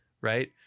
Right